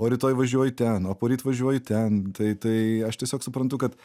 o rytoj važiuoju ten o poryt važiuoju ten tai tai aš tiesiog suprantu kad